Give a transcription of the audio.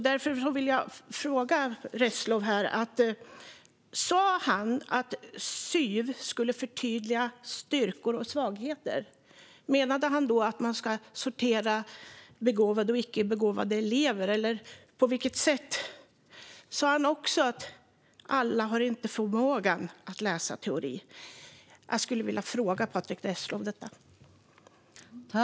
Därför vill jag fråga Patrick Reslow om han sa att syv ska förtydliga styrkor och svagheter. Menade han då att man ska sortera elever i begåvade och icke begåvade? På vilket sätt? Sa han också att alla inte har förmågan att läsa teori? Jag skulle vilja fråga Patrick Reslow detta.